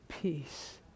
peace